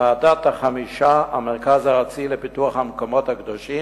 ועדת החמישה, המרכז הארצי לפיתוח המקומות הקדושים,